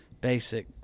basic